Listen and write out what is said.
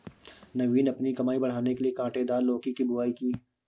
नवीन अपनी कमाई बढ़ाने के लिए कांटेदार लौकी की बुवाई की